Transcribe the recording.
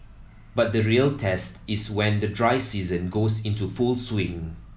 but the real test is when the dry season goes into full swing